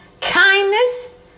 kindness